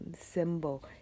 symbol